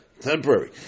temporary